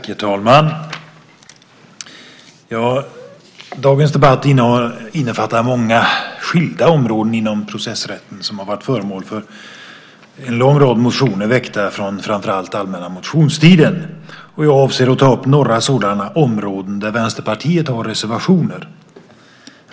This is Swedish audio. Herr talman! Dagens debatt innefattar många skilda områden inom processrätten som har varit föremål för en lång rad motioner väckta framför allt under allmänna motionstiden. Jag avser att ta upp några sådana områden där Vänsterpartiet har reservationer.